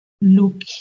look